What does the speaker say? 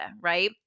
right